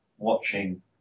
watching